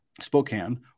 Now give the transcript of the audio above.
Spokane